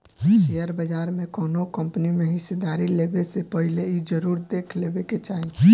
share बाजार में कौनो कंपनी में हिस्सेदारी लेबे से पहिले इ जरुर देख लेबे के चाही